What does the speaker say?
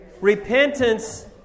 Repentance